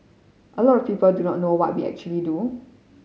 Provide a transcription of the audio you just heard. a lot of people do not know what we actually do